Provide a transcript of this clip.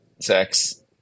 sex